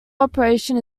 operation